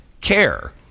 care